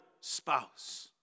spouse